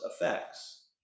effects